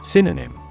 Synonym